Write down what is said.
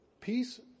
Peace